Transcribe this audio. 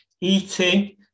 Eating